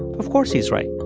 of course he's right.